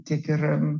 tiek ir